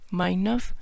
minus